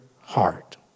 heart